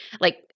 like-